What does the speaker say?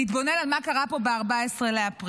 להתבונן על מה שקרה פה ב-14 באפריל,